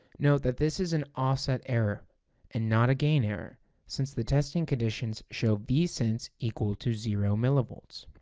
note that this is an offset error and not a gain error since the testing conditions show vsense equal to zero millivolts.